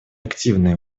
активные